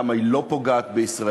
למה היא לא פוגעת בישראל,